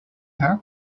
her